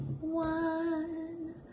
one